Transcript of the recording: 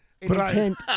intent